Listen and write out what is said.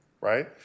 right